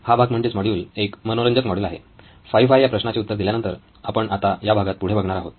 हा भाग म्हणजेच मॉड्यूल एक मनोरंजक मॉड्यूल आहे 5 व्हाय या प्रश्नाचे उत्तर दिल्यानंतर आपण आता या भागात पुढे बघणार आहोत